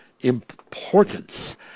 importance